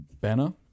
banner